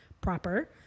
proper